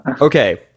Okay